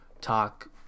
talk